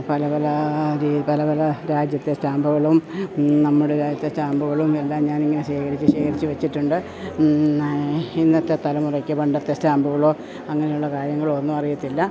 പല പലാ പല പലാ രാജ്യത്തേ സ്റ്റാമ്പുക്കളും നമ്മുടെ രാജ്യത്തെ സ്റ്റാമ്പുകളും എല്ലാം ഞാനിങ്ങനെ ശേഖരിച്ച് ശേഖരിച്ച് വെച്ചിട്ടുണ്ട് ഇന്നത്തെ തലമുറയ്ക്ക് പണ്ടത്തെ സ്റ്റാമ്പുകളോ അങ്ങനെയുള്ള കാര്യങ്ങളൊന്നുമറിയത്തില്ല